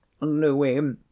Louis